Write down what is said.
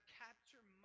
capture